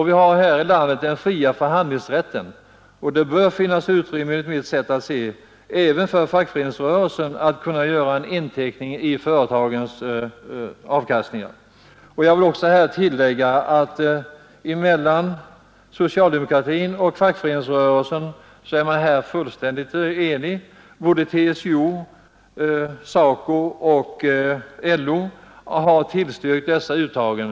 Vi har här i landet fri förhandlingsrätt och det bör, enligt mitt sätt att se, finnas utrymme även för fackföreningsrörelsen att kunna göra inteckningar i företagens avkastningar. Jag vill tillägga att socialdemokratin och fackföreningsrörelsen här är fullständigt eniga. Såväl TCO och SACO som LO har tillstyrkt de föreslagna uttagen.